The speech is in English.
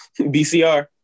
BCR